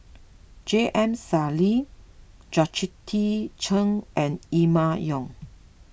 J M Sali Georgette Chen and Emma Yong